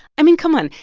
i mean, come on.